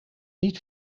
niet